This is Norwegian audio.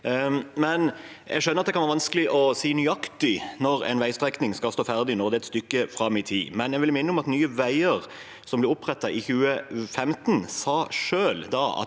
Jeg skjønner at det kan være vanskelig å si nøyaktig når en veistrekning skal stå ferdig, når det er et stykke fram i tid, men jeg vil minne om at Nye veier, som ble opprettet i 2015, selv sa